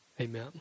amen